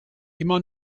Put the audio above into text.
immer